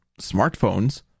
smartphones